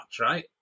right